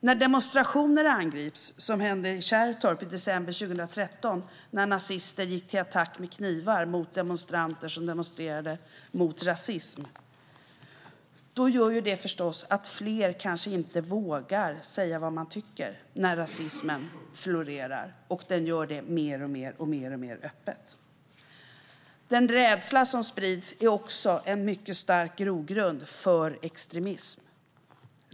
När demonstrationer angrips, vilket hände i Kärrtorp i december 2013 när nazister gick till attack med knivar mot demonstranter som demonstrerade mot rasism, gör det förstås att fler inte vågar säga vad man tycker när rasismen florerar. Och det gör den mer och mer öppet. Den rädsla som sprids är också en mycket stark grogrund för extremism.